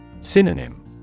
Synonym